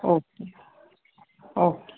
okay okay